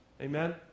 Amen